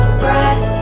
breath